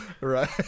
Right